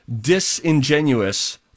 disingenuous